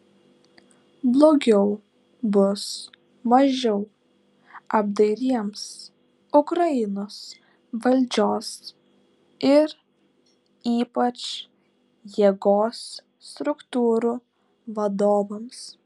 blogiau bus mažiau apdairiems ukrainos valdžios ir ypač jėgos struktūrų vadovams